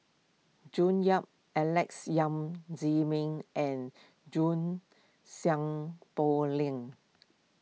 June Yap Alex Yam Ziming and June Sng Poh Leng